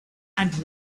and